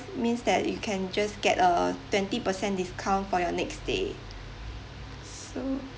means that you can just get a twenty percent discount for your next stay so